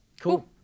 Cool